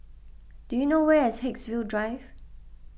do you know where is Haigsville Drive